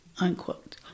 unquote